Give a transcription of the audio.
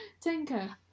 Tinker